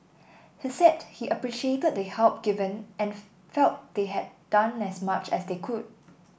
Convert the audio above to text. he said he appreciated the help given and felt they had done as much as they could